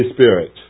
Spirit